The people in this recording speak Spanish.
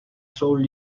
soul